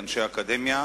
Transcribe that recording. אנשי אקדמיה,